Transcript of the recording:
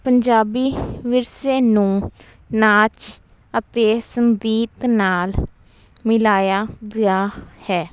ਪੰਜਾਬੀ ਵਿਰਸੇ ਨੂੰ ਨਾਚ ਅਤੇ ਸੰਗੀਤ ਨਾਲ ਮਿਲਾਇਆ ਗਿਆ ਹੈ